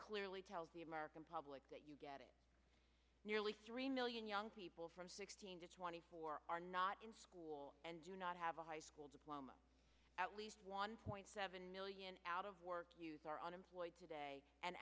clearly tells the american public that you get it nearly three million young people from sixteen to twenty four are not in school and do not have a high school diploma at least one point seven million out of work use are unemployed today and